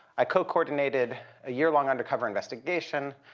i co-coordinated a year-long undercover investigation